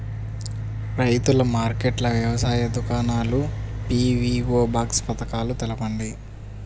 రైతుల మార్కెట్లు, వ్యవసాయ దుకాణాలు, పీ.వీ.ఓ బాక్స్ పథకాలు తెలుపండి?